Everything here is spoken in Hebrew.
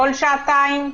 כל שעתיים?